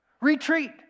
Retreat